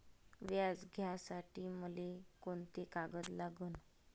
व्याज घ्यासाठी मले कोंते कागद लागन?